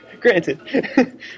Granted